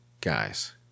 guys